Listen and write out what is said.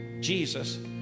Jesus